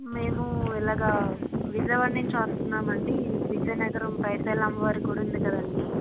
మేము ఇలగా విజయవాడ నుంచి వస్తున్నామండి విజయనగరం పైడితల్లి అమ్మవారి గుడి ఉంది కదండి